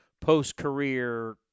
post-career